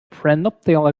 prenuptial